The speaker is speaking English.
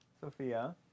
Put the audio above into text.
sophia